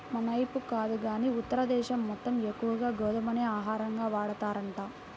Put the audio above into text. మనైపు కాదు గానీ ఉత్తర దేశం మొత్తం ఎక్కువగా గోధుమనే ఆహారంగా వాడతారంట